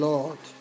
Lord